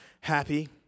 Happy